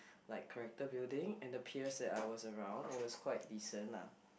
like character building and the peers that I was around it was quite decent lah